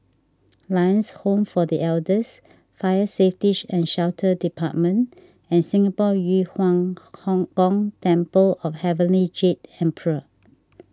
Lions Home for the Elders Fire Safety and Shelter Department and Singapore Yu Huang Gong Temple of Heavenly Jade Emperor